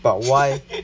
but why